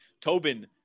Tobin